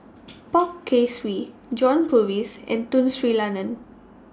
Poh Kay Swee John Purvis and Tun Sri Lanang